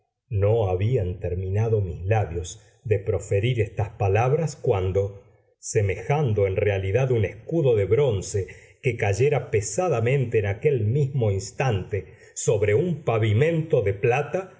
no habían terminado mis labios de proferir estas palabras cuando semejando en realidad un escudo de bronce que cayera pesadamente en aquel mismo instante sobre un pavimento de plata